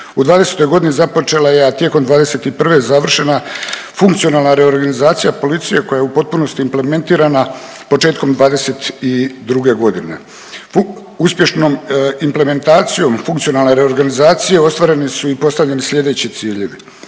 U '20. g. započela je, a tijekom '21. završena funkcionalna reorganizacija policije koja je u potpunosti implementirana početkom '22. godine. Uspješnom implementacijom funkcionalne reorganizacije ostvareni su i postavljeni slijedeći ciljevi.